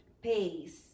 pace